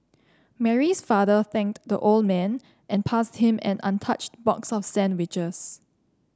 Mary's father thanked the old man and passed him an untouched box of sandwiches